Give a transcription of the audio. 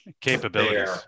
Capabilities